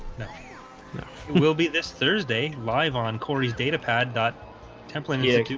no you know will be this thursday live on cory's datapad dot templin. yeah.